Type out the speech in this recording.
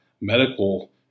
medical